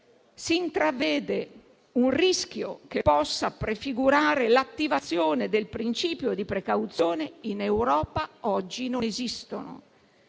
si intravede un rischio che possa prefigurare l'attivazione del principio di precauzione in Europa oggi non esistono